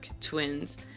twins